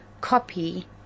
copy